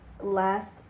last